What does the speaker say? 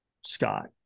Scott